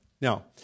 now